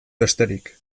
besterik